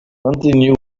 continue